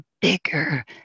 bigger